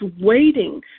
waiting